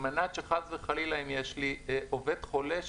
אנחנו עושים זאת כדי שאם יש לי עובד חולה,